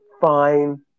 fine